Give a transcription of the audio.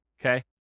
okay